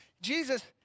Jesus